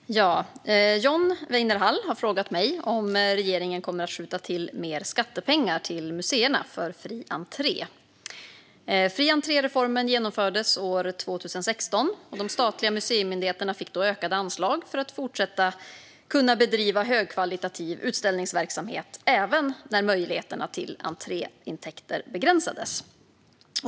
Fru talman! John Weinerhall har frågat mig om regeringen kommer att skjuta till mer skattepengar till museerna för fri entré. Fri-entré-reformen genomfördes år 2016. De statliga museimyndigheterna fick då ökade anslag för att kunna fortsätta att bedriva högkvalitativ utställningsverksamhet även när möjligheterna till entréintäkter begränsades.